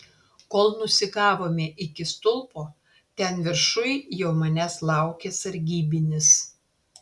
kol nusigavome iki stulpo ten viršuj jau manęs laukė sargybinis